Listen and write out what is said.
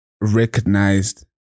recognized